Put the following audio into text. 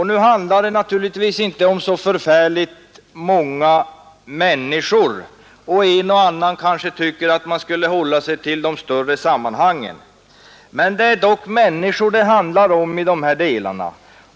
Det handlar naturligtvis inte om så förfärligt många människor, och en och annan kanske tycker att man skulle hålla sig till de större sammanhangen, men det är dock människor det rör sig om.